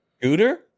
Scooter